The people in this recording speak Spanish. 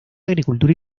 agricultura